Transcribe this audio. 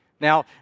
Now